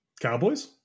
Cowboys